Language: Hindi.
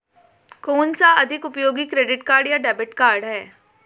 कौनसा अधिक उपयोगी क्रेडिट कार्ड या डेबिट कार्ड है?